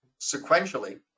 sequentially